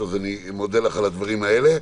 ואני מודה לך על הדברים האלה.